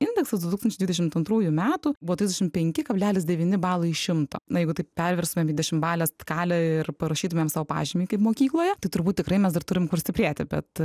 indeksas du tūkstančiai dvidešimt antrųjų metų buvo trisdešim penki kablelis devyni balai iš šimto na jeigu taip perverstumėm į dešimbalę skalę ir parašytumėm pažymį kaip mokykloje tai turbūt tikrai mes dar turim kur stiprėti bet